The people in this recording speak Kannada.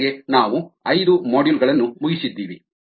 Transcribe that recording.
ಇದರೊಂದಿಗೆ ನಾವು ಐದು ಮಾಡ್ಯೂಲ್ ಗಳನ್ನು ಮುಗಿಸಿದ್ದೀವಿ